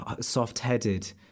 soft-headed